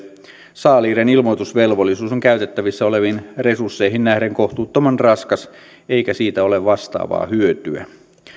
saaliiden ilmoitusvelvollisuus on käytettävissä oleviin resursseihin nähden kohtuuttoman raskas eikä siitä ole vastaavaa hyötyä